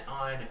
on